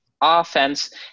offense